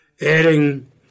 Adding